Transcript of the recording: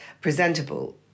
presentable